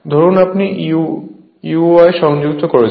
ধরুন আপনি UY সংযুক্ত করেছেন